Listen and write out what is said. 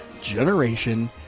generation